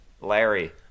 Larry